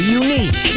unique